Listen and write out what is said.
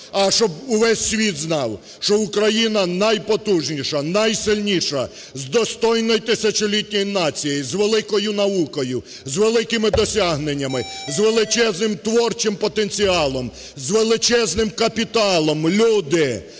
а, щоб увесь світ знав, що Україна найпотужніша, найсильніша, з достойною тисячолітньою нацією, з великою наукою, з великим досягненням, з величезним творчим потенціалом, з величезним капіталом, люди,